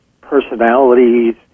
personalities